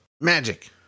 Magic